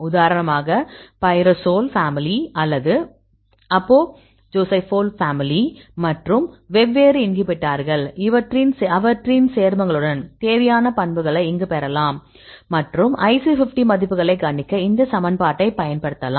உதாரணமாக pyrazole family அல்லது அப்ஜோசைபோல் ஃபேமிலி மற்றும் வெவ்வேறு இன்ஹிபிட்டார்கள் அவற்றின் சேர்மங்களுடன் தேவையான பண்புகளை இங்கு பெறலாம் மற்றும் IC50 மதிப்புகளை கணிக்க இந்த சமன்பாட்டைப் பயன்படுத்தலாம்